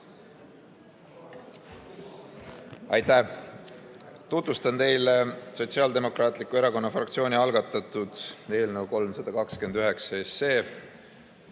Aitäh! Tutvustan teile Sotsiaaldemokraatliku Erakonna fraktsiooni algatatud eelnõu